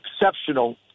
exceptional